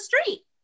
street